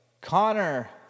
Connor